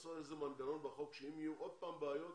לעשות בחוק איזה מנגנון שאם יהיו עוד פעם בעיות,